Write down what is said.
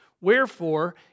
Wherefore